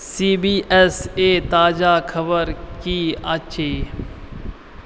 C B S A ताजा खबर की अछि